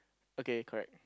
okay correct